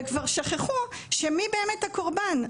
וכבר שכחו מי באמת הקורבן.